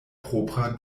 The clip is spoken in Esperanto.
propra